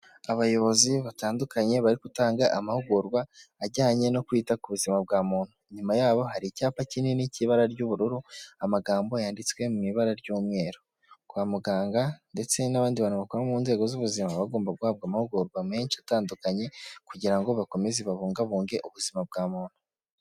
Abayobozi batandukanye bari gutanga amahugurwa ajyanye no kwita ku buzima bwa muntu, inyuma yaho hari icyapa kinini cy'ibara ry'ubururu amagambo yanditswe mu ibara ry'umweru. Kwa muganga ndetse n'abandi bantu bakora mu nzego z'ubuzima bagomba guhabwa amahugurwa menshi atandukanye kugira ngo bakomeze babungabunge ubuzima bwa muntu.